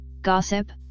gossip